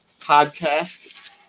podcast